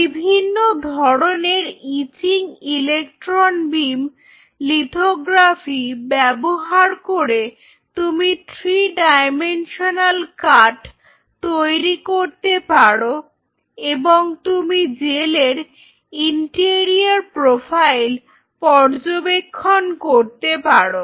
বিভিন্ন ধরনের etching electron beam lithography ব্যবহার করে তুমি থ্রি ডাইমেনশনাল কাট্ তৈরি করতে পারো এবং তুমি জেলের ইন্টেরিয়র প্রোফাইল পর্যবেক্ষণ করতে পারো